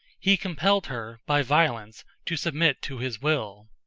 he compelled her, by violence, to submit to his will.